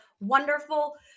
wonderful